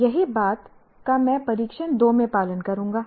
यही बात का मैं परीक्षण 2 में पालन करूंगा